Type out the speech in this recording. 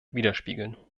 widerspiegeln